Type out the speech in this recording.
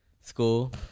school